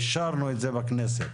אישרנו את זה בכנסת.